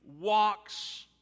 walks